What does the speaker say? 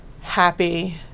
happy